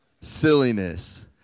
silliness